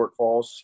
shortfalls